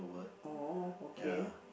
oh okay